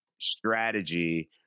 strategy